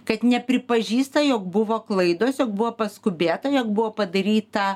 kad nepripažįsta jog buvo klaidos jog buvo paskubėta jog buvo padaryta